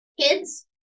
kids